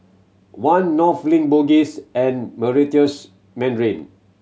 One North Link Bugis and Meritus Mandarin